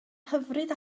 hyfryd